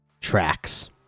tracks